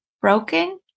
broken